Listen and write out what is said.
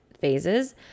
phases